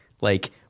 Like-